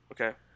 Okay